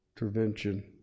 intervention